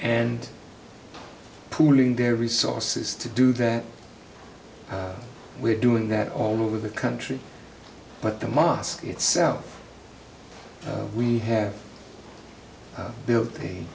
and pooling their resources to do that and we're doing that all over the country but the mosque itself we have built the